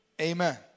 amen